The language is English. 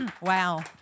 Wow